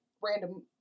random